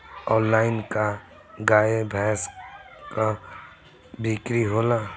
Online का गाय भैंस क बिक्री होला?